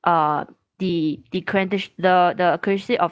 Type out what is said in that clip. uh the the cred~ the the accuracy of